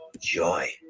joy